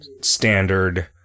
standard